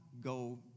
go